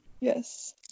Yes